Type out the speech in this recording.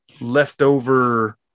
leftover